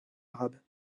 arabe